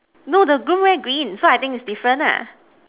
no the groom wear green so I think it's different lah